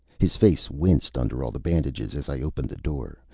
his face winced, under all the bandages, as i opened the door.